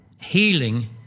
healing